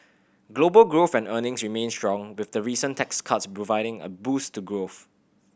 global growth and earnings remain strong with the recent tax cuts providing a boost to growth